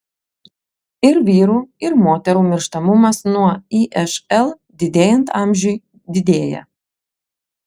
ir vyrų ir moterų mirštamumas nuo išl didėjant amžiui didėja